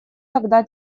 тогда